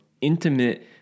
intimate